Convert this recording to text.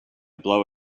blow